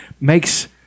makes